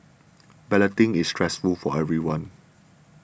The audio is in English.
balloting is stressful for everyone